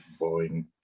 Boeing